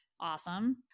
Awesome